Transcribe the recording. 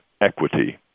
equity